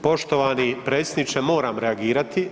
Poštovani predsjedniče, moram reagirati.